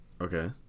Okay